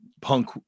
punk